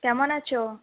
কেমন আছো